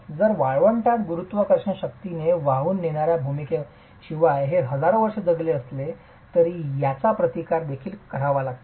जर वाळवंटात गुरुत्वाकर्षण शक्तीने वाहून नेण्याच्या भूमिकेशिवाय हे हजारो वर्षे जगले असेल तर त्याचा प्रतिकार देखील करावा लागेल